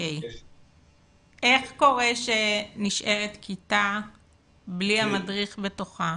איך קורה שנשארת כיתה בלי המדריך בתוכה?